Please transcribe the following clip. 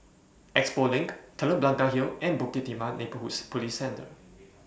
Expo LINK Telok Blangah Hill and Bukit Timah Neighbourhood Police Centre